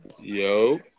Yo